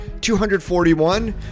241